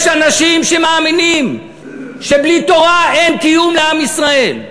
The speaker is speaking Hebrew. יש אישים שמאמינים שבלי תורה אין קיום לעם ישראל.